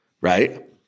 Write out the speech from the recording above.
right